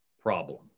problem